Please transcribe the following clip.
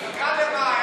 הם אמרו לי,